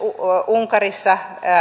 unkarissa